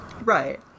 Right